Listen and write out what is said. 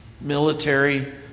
military